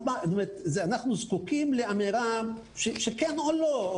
אנחנו זקוקים לאמירה של כן או לא.